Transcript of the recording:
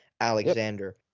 Alexander